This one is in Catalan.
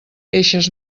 eixes